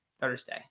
Thursday